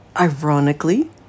ironically